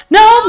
no